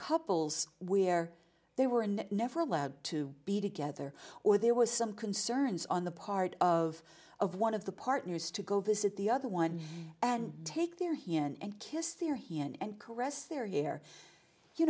couples where they were never allowed to be together or there was some concerns on the part of of one of the partners to go visit the other one and take their hint and kissed their he and caressed their year you